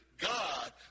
God